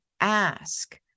ask